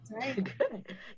Good